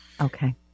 Okay